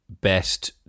best